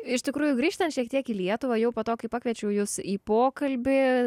iš tikrųjų grįžtant šiek tiek į lietuvą jau po to kai pakviečiau jus į pokalbį